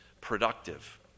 productive